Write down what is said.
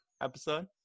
episode